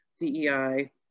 DEI